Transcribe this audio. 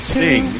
sing